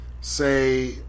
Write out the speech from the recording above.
say